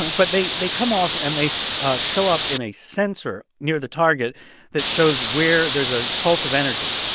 but they they come off, and they show up in a sensor near the target that shows where there's a pulse of energy.